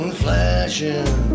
flashing